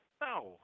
No